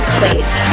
place